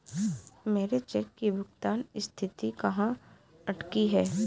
मेरे चेक की भुगतान स्थिति कहाँ अटकी है?